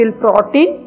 protein